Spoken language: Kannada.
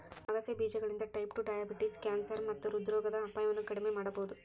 ಆಗಸೆ ಬೇಜಗಳಿಂದ ಟೈಪ್ ಟು ಡಯಾಬಿಟಿಸ್, ಕ್ಯಾನ್ಸರ್ ಮತ್ತ ಹೃದ್ರೋಗದ ಅಪಾಯವನ್ನ ಕಡಿಮಿ ಮಾಡಬೋದು